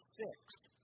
fixed